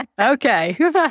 Okay